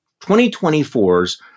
2024's